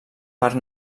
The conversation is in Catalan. parc